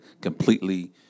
completely